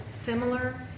similar